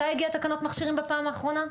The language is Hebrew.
מתי הגיעו תקנות מכשירים בפעם האחרונה?